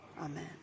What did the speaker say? Amen